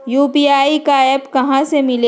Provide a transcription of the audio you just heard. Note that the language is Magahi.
यू.पी.आई का एप्प कहा से मिलेला?